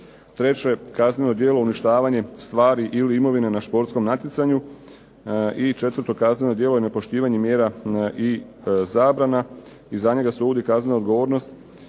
3. kazneno djelo uništavanja stvari ili imovine na športskom natjecanju i 4. kazneno djelo nepoštivanja mjera i zabrana. I za njega se uvodi kaznena odgovornost